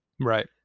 Right